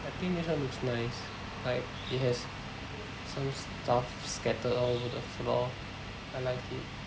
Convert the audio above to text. I think this one looks nice like it has some stuff scattered all over the floor I like it